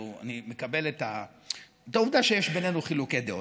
אני מקבל את העובדה שיש בינינו חילוקי דעות.